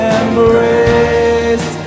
embrace